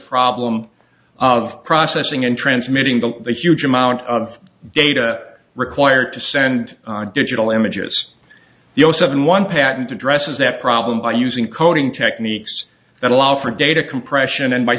problem of processing and transmitting the huge amount of data required to send digital images you know seven one patent addresses that problem by using coding techniques that allow for data compression and by